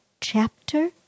chapter